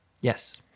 Yes